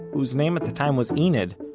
whose name at the time was enid,